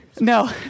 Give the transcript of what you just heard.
No